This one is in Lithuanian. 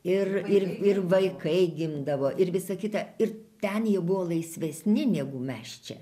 ir ir ir vaikai gimdavo ir visa kita ir ten jie buvo laisvesni negu mes čia